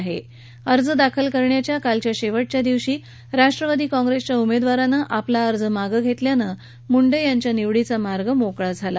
काल अर्ज दाखल करण्याच्या शेवटच्या दिवशी राष्ट्रवादी काँग्रेसच्या उमेदवारानं आपला अर्ज मागं घेतल्यानं रेश्मा मुंडे यांच्या निवडीचा मार्ग मोकळा झाला